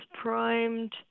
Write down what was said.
primed